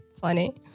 funny